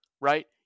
right